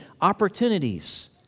opportunities